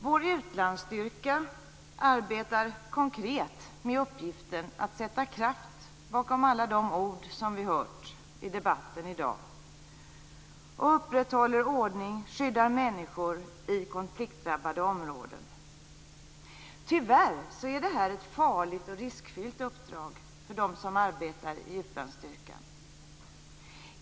Vår utlandsstyrka arbetar konkret med uppgiften att sätta kraft bakom alla de ord vi hört i debatten i dag och upprätthåller ordning och skyddar människor i konfliktdrabbade områden. Tyvärr är det ett farligt och riskfyllt uppdrag för dem som arbetar i utlandsstyrkan.